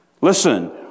Listen